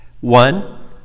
One